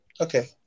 okay